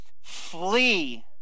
flee